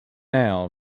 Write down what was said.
nail